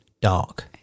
Dark